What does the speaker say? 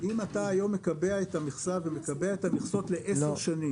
אם אתה היום מקבע את המכסה ומקבע את המכסות לעשר שנים,